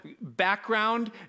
background